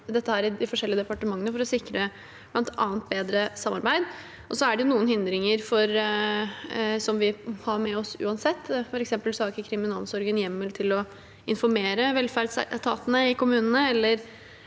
i de forskjellige departementene for å sikre bedre samarbeid. Det er også noen hindringer vi har med oss uansett, f.eks. har ikke kriminalomsorgen hjemmel til å informere velferdsetatene i kommunene